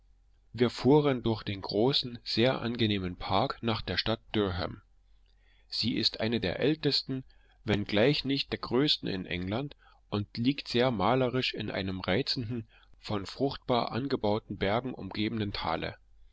wir fuhren durch den großen sehr angenehmen park nach der stadt durham sie ist eine der ältesten wenngleich nicht der größten in england und liegt sehr malerisch in einem reizenden von fruchtbar angebauten bergen umgebenen tale